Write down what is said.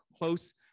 close